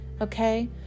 Okay